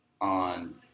on